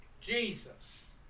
Jesus